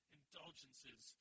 indulgences